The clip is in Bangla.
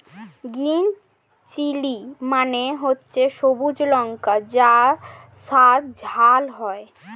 গ্রিন চিলি মানে হচ্ছে সবুজ লঙ্কা যার স্বাদ ঝাল হয়